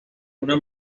una